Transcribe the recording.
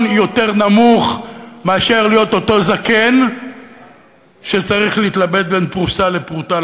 יותר קטן מאשר להיות אותו זקן שצריך להתלבט בין פרוסה לתרופה.